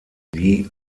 die